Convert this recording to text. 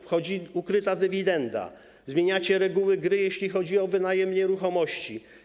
Wchodzi ukryta dywidenda, zmieniacie reguły gry, jeśli chodzi o wynajem nieruchomości.